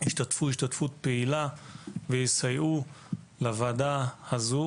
ישתתפו השתתפות פעילה ויסייעו לוועדה הזאת,